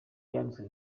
byanditswe